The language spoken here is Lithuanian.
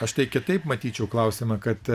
aš tai kitaip matyčiau klausimą kad